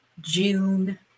June